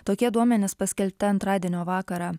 tokie duomenys paskelbti antradienio vakarą